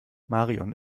marion